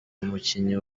umukinnyi